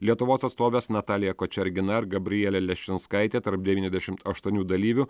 lietuvos atstovės natalija kočergina ir gabrielė leščinskaitė tarp devyniasdešimt aštuonių dalyvių